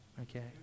Okay